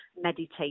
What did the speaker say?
meditate